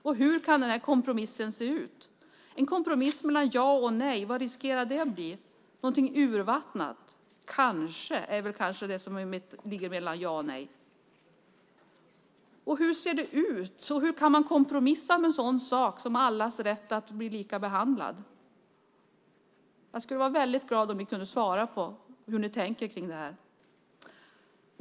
Och hur kan den här kompromissen se ut? Vad riskerar en kompromiss mellan ja och nej att bli - någonting urvattnat? Kanske - det är väl det som ligger mellan ja och nej. Hur ser det ut? Hur kan man kompromissa om en sådan sak som allas rätt att bli lika behandlade? Jag skulle bli väldigt glad om ni kunde ge ett svar om hur ni tänker kring det här.